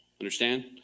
Understand